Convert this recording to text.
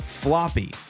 Floppy